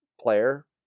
player